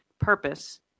purpose